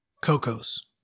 Coco's